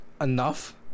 enough